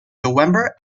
november